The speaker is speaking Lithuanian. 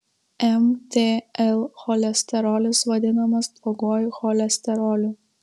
mtl cholesterolis vadinamas bloguoju cholesteroliu